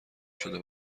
شده